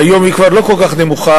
שהיום היא כבר לא כל כך נמוכה,